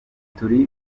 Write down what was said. turi